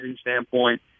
standpoint